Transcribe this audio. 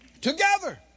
together